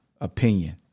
opinion